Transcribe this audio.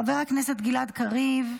חבר הכנסת גלעד קריב,